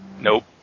Nope